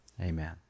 amen